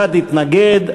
אחד התנגד,